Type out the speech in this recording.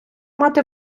мати